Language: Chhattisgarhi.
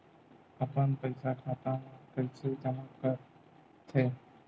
अपन पईसा खाता मा कइसे जमा कर थे?